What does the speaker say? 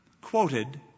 quoted